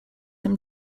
him